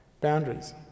boundaries